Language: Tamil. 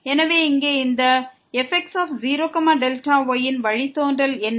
எனவே இங்கே இந்த fx0Δy ன் வழித்தோன்றல் என்ன